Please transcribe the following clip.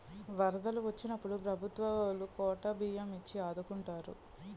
వరదలు వొచ్చినప్పుడు ప్రభుత్వవోలు కోటా బియ్యం ఇచ్చి ఆదుకుంటారు